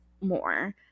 more